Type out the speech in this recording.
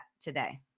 today